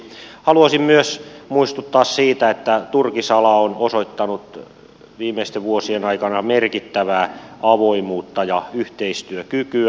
haluaisin myös muistuttaa siitä että turkisala on osoittanut viimeisten vuosien aikana merkittävää avoimuutta ja yhteistyökykyä